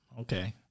okay